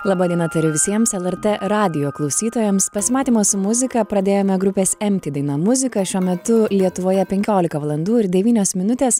laba diena tariu visiems lrt radijo klausytojams pasimatymą su muzika pradėjome grupės empti daina muzika šiuo metu lietuvoje penkiolika valandų ir devynios minutės